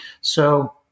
So-